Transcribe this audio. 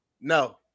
No